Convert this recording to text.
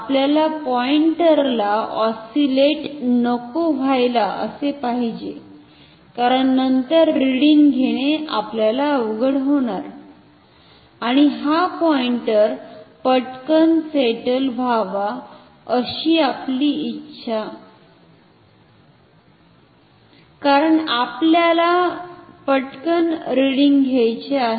आपल्याला पॉईंटरला ऑस्सिलेट नको व्हायला असे पाहिजे कारण नंतर रिडिंग घेणे आपल्याला अवघड होणार आणि हा पॉईंटर पटकन सेटल व्हावा अशी आपली इच्छा न कारण आपल्याला पटकन रिडिंग घ्यायचे आहे